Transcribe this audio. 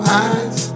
eyes